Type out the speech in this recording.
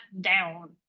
down